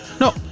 no